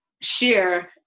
share